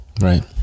Right